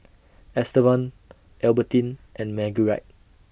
Estevan Albertine and Marguerite